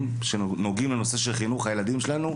שנוגעים לנושא של חינוך הילדים שלנו,